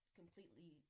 completely